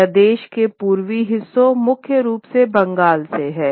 यह देश के पूर्वी हिस्सों मुख्य रूप से बंगाल से है